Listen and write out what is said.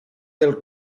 del